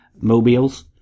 mobiles